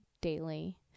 daily